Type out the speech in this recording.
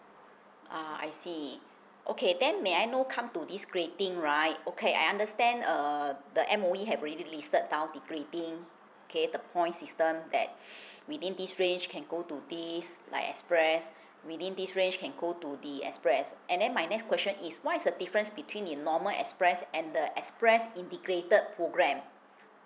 ah I see okay then may I know come to this grading right okay I understand err the M_O_E have already listed down the grading K the point system that within this range can go to this like express within this range can go to the express and then my next question is what is the difference between the normal express and the express integrated program